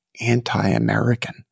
anti-American